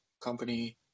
company